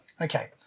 Okay